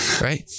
right